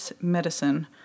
medicine